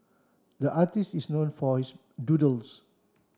the artist is known for his doodles